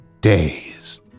days